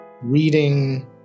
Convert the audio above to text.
reading